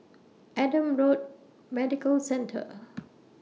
Adam Road Medical Centre